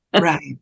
Right